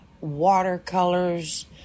watercolors